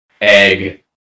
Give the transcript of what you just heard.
egg